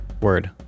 Word